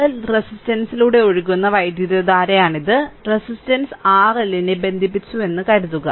RL റെസിസ്റ്റൻസിലൂടെ ഒഴുകുന്ന വൈദ്യുതധാരയാണിത് റെസിസ്റ്റൻസ് RLനെ ബന്ധിപ്പിച്ചുവെന്ന് കരുതുക